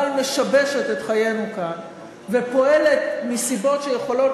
אבל משבשת את חיינו כאן ופועלת מסיבות שיכולות